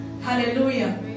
Hallelujah